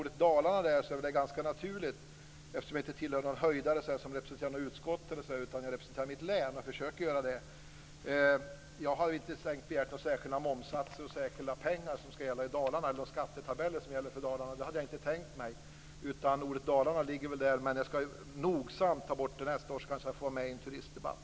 Det är väl ganska naturligt att man råkar skriva ordet Dalarna där. Jag representerar ju inget utskott, utan jag representerar mitt län. Jag har inte begärt några särskilda momssatser, några särskilda pengar eller några skattetabeller som gäller för Dalarna. Det hade jag inte tänkt mig. Ordet Dalarna finns där, men jag ska nogsamt ta bort det till nästa år. Då får jag kanske vara med i en turistdebatt.